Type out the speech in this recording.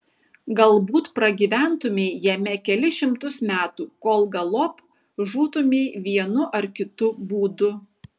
galbūt pragyventumei jame kelis šimtus metų kol galop žūtumei vienu ar kitu būdu